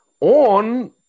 On